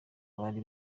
bari